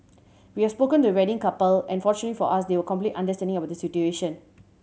we have spoken to the wedding couple and fortunately for us they were completely understanding about the situation